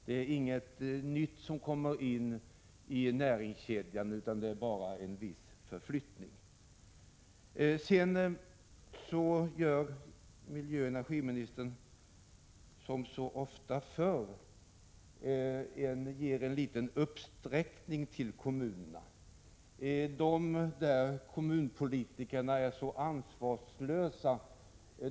Det är ingenting nytt som kommer in i näringskedjan, utan det sker endast en viss omflyttning. Miljöoch energiministern ger, som så ofta förr, en liten uppsträckning till kommunerna: De där kommunalpolitikerna är så ansvarslösa.